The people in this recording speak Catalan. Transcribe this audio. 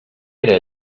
era